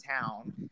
town